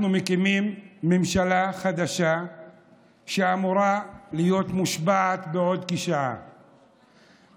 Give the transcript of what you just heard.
אנחנו מקימים ממשלה חדשה שאמורה להיות מושבעת בעוד כשעה,